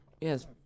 yes